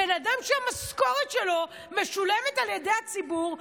בן אדם שהמשכורת שלו משולמת על ידי הציבור,